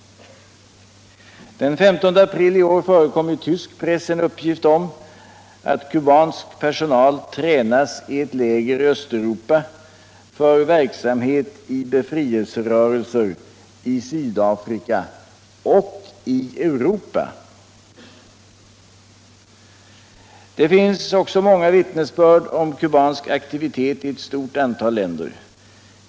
| Den 15 april i år förekom i tvsk press en uppgift om att kubansk personal tränas i ett läger i Östeuropa för verksamhet i befrielscrörelser i Sydafrika och i Europa. Det finns också många vittnesbörd om kubansk aktivitet i ett stort antal länder.